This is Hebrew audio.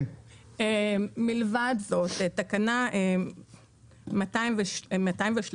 מלבד זאת, תקנה 213